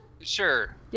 Sure